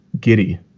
giddy